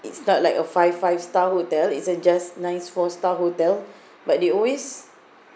it's not like a five five star hotel it's a just nice four star hotel but they always